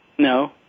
No